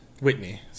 Whitney